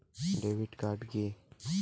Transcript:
Debit card কি?